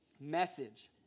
message